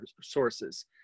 sources